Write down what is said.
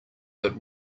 but